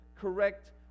correct